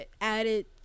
added